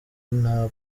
nta